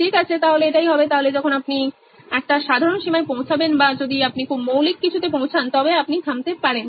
ঠিক আছে তাহলে এটাই হবে তাহলে যখন আপনি একটা সাধারন সীমায় পৌঁছাবেন বা যদি আপনি খুব মৌলিক কিছুতে পৌঁছান তবে আপনি থামাতে পারেন